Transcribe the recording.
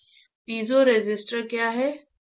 piezo resistor क्या है